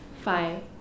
Five